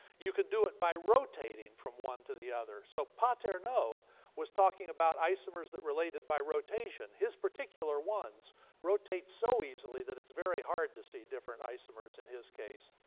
you can do it by rotating from one to the other. so paterno was talking about isomers that related by rotation. his particular ones rotate so easily that it's very hard to see different isomers, in his case.